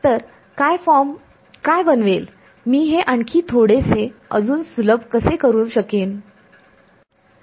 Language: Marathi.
तर काय फॉर्म काय बनवेल मी हे आणखी थोडेसे अजून कसे सुलभ करू शकेन